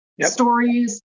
stories